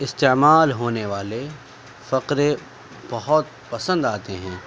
استعمال ہونے والے فقرے بہت پسند آتے ہیں